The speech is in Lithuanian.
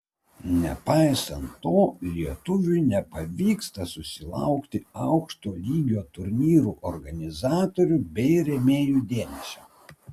nepaisant to lietuviui nepavyksta susilaukti aukšto lygio turnyrų organizatorių bei rėmėjų dėmesio